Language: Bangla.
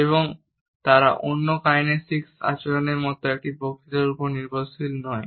এবং তারা অন্যান্য কাইনেসিক আচরণগুলির মতো একটি বক্তৃতার উপর নির্ভরশীল নয়